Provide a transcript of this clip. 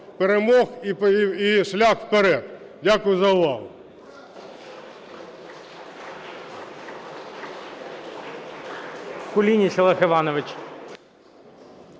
перемог, і шлях вперед. Дякую за увагу.